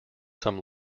some